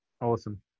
Awesome